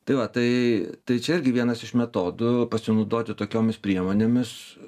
tai va tai tai čia irgi vienas iš metodų pasinaudoti tokiomis priemonėmis